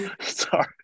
Sorry